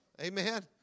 Amen